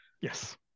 yes